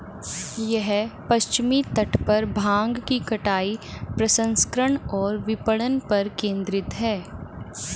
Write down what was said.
यह पश्चिमी तट पर भांग की कटाई, प्रसंस्करण और विपणन पर केंद्रित है